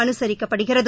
அனுசரிக்கப்படுகிறது